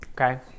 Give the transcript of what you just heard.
okay